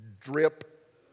drip